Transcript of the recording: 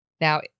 Now